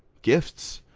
gifts,